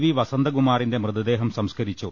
V പസ ന്തകുമാറിന്റെ മൃതദേഹം സംസ്കരിച്ചു